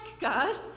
God